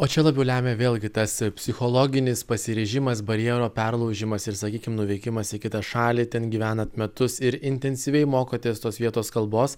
o čia labiau lemia vėlgi tas psichologinis pasiryžimas barjero perlaužimas ir sakykim nuvykimas į kitą šalį ten gyvenat metus ir intensyviai mokotės tos vietos kalbos